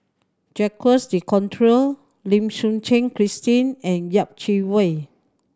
Jacques De Coutre Lim Suchen Christine and Yeh Chi Wei